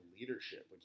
leadership